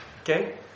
Okay